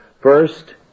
First